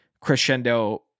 crescendo